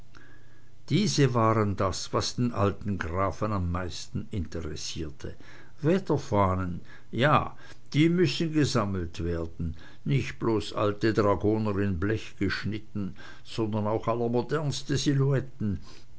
diese waren das was den alten grafen am meisten interessierte wetterfahnen ja die müssen gesammelt werden nicht bloß alte dragoner in blech geschnitten sondern auch allermodernste silhouetten